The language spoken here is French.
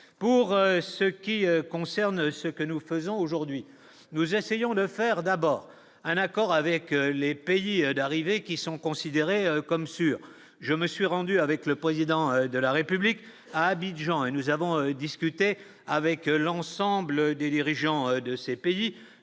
pour ce qui concerne ce que nous faisons aujourd'hui nous essayons de faire d'abord un accord avec les pays d'arriver, qui sont considérés comme sûrs, je me suis rendu avec le président de la République à Abidjan, et nous avons discuté avec l'ensemble des dirigeants de ces pays,